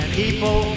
people